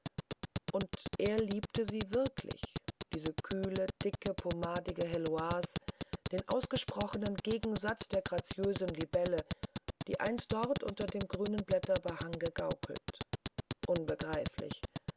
und er liebte sie wirklich diese kühle dicke pomadige heloise den ausgesprochenen gegensatz der graziösen libelle die einst dort unter dem grünen blätterbehang gegaukelt unbegreiflich